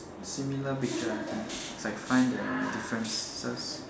similar picture I think it's like find the differences